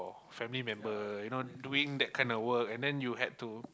family member you know doing that kind of work and then you had to